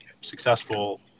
successful